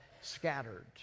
scattered